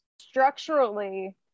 Structurally